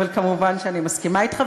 אבל מובן שאני מסכימה אתך,